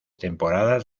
temporadas